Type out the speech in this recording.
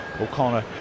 O'Connor